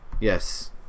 Yes